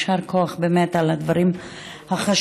יישר כוח באמת על הדברים החשובים.